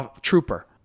trooper